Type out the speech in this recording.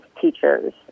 teachers